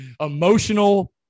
emotional